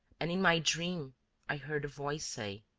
and in my dream i heard a voice say